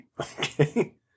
Okay